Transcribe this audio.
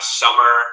summer